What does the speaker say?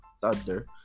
Thunder